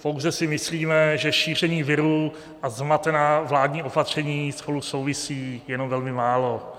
Pouze si myslíme, že šíření viru a zmatená vládní opatření spolu souvisí jenom velmi málo.